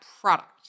product